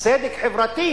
צדק חברתי"